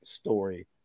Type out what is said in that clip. story